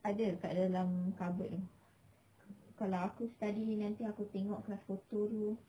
ada kat dalam cupboard tu kalau aku study nanti aku tengok class photo tu